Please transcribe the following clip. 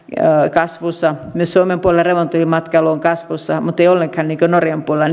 kasvussa myös suomen puolella revontulimatkailu on kasvussa mutta ei ollenkaan niin valtavassa määrin kuin norjan puolella